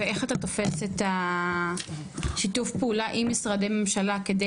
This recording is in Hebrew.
ואיך אתה תופס את שיתוף הפעולה עם משרדי ממשלה כדי